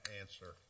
answer